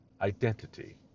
identity